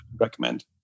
recommend